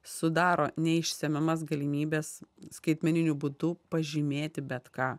sudaro neišsemiamas galimybes skaitmeniniu būdu pažymėti bet ką